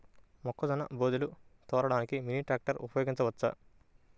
మొక్కజొన్న బోదెలు తోలడానికి మినీ ట్రాక్టర్ ఉపయోగించవచ్చా?